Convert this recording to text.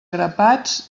grapats